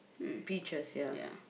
peaches yeah